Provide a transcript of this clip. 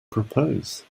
propose